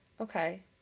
okay